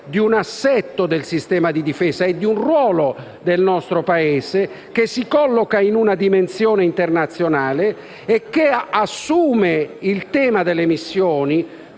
di un assetto del sistema di difesa e di un ruolo del nostro Paese che si colloca in una dimensione internazionale e che assume il tema della missioni